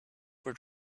for